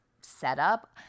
setup